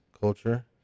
culture